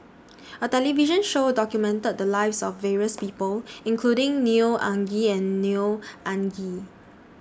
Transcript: A television Show documented The Lives of various People including Neo Anngee and Neo Anngee